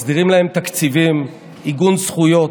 מסדירים להם תקציבים, עיגון זכויות.